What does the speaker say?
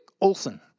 Olson